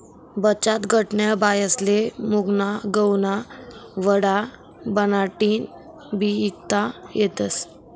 बचतगटन्या बायास्ले मुंगना गहुना वडा बनाडीन बी ईकता येतस